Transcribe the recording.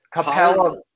Capella